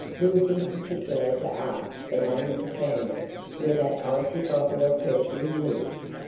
we'll be particular to ask the name of the family where that icy bottle of perfume lives.